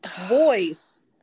voice